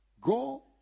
go